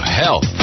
health